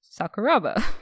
Sakuraba